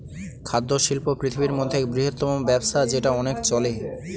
খাদ্য শিল্প পৃথিবীর মধ্যে এক বৃহত্তম ব্যবসা যেটা অনেক চলে